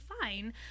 fine